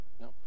No